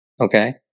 Okay